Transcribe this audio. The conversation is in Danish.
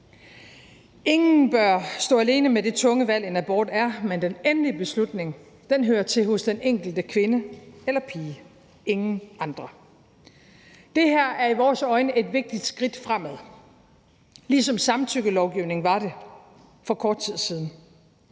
Ingen bør stå alene med det tunge valg, en abort er, men den endelige beslutning hører til hos den enkelte kvinde eller pige og ingen andre. Det her er i vores øjne et vigtigt skridt fremad, ligesom vedtagelsen af samtykkelovgivningen var det for kort tid siden.